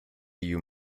you